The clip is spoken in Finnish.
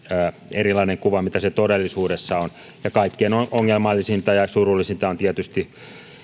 erilainen kuva kuin mitä se todellisuudessa on ja kaikkein ongelmallisimpia ja ja surullisimpia ovat tietysti